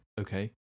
Okay